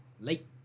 late